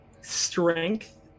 strength